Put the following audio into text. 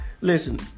Listen